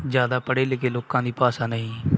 ਜ਼ਿਆਦਾ ਪੜ੍ਹੇ ਲਿਖੇ ਲੋਕਾਂ ਦੀ ਭਾਸ਼ਾ ਨਹੀਂ